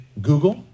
Google